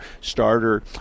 starter